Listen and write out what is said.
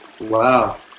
wow